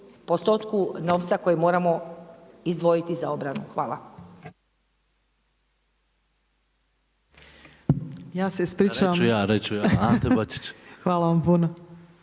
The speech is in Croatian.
postotku novca koji moramo izdvojiti za obranu. Hvala.